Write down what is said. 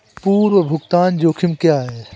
पूर्व भुगतान जोखिम क्या हैं?